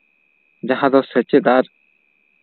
ᱡᱟᱦᱟᱸ ᱫᱚ ᱥᱮᱪᱮᱫ ᱟᱨ